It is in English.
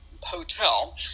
hotel